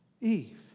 Eve